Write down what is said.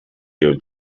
you